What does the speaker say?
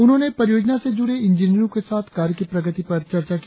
उन्होंने परियोजना से जुड़े इंजीनियरो के साथ कार्य की प्रगति पर चर्चा की